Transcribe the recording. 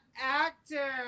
actor